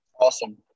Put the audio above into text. Awesome